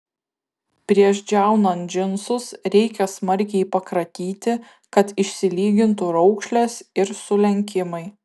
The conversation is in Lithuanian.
prieš džiaunant džinsus reikia smarkiai pakratyti kad išsilygintų raukšlės ir sulenkimai